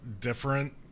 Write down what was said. different